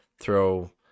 throw